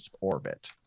orbit